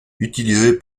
utilisée